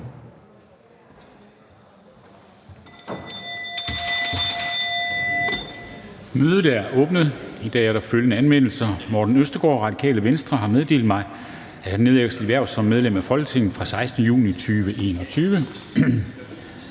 Mødet er åbnet. I dag er der følgende anmeldelser: Morten Østergaard (RV) har meddelt mig, at han nedlægger sit hverv som medlem af Folketinget pr. 16. juni 2021.